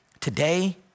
today